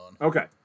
Okay